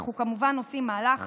אנחנו כמובן עושים מהלך